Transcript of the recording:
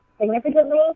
significantly